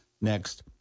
next